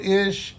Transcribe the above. ish